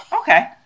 okay